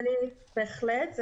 בהחלט.